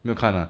没有看啊